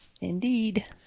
Indeed